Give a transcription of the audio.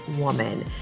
woman